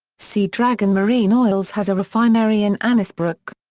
sea dragon marine oils has a refinery in annesbrook.